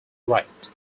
right